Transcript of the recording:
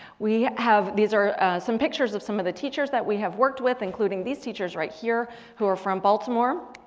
we have, these are some pictures of some of the teachers that we have worked with. including these teachers right here who are from baltimore.